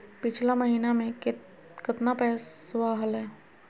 पिछला महीना मे कतना पैसवा हलय?